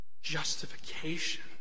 Justification